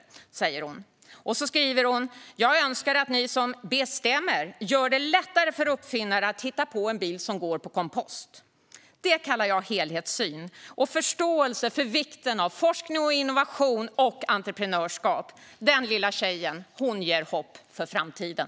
Hon skriver också: "Jag önskar att ni som bestemmer gör det lättare för uppfinnare att hitta på en bil som går på kompost." Det kallar jag helhetssyn och förståelse för vikten av forskning, innovation och entreprenörskap. Denna lilla tjej ger hopp för framtiden.